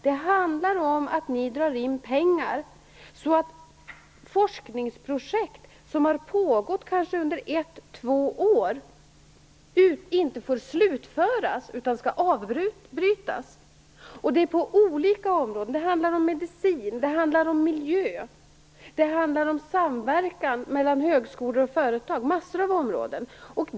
Det handlar om att ni drar in pengar så att forskningsprojekt som har pågått under kanske ett eller två år inte får slutföras utan måste avbrytas. Det handlar om olika områden. Det handlar om medicin, det handlar om miljö, det handlar om samverkan mellan högskolor och företag - det handlar om massor av områden.